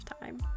time